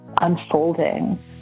unfolding